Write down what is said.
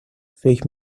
فکر